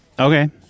okay